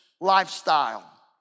lifestyle